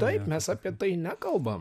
taip mes apie tai nekalbam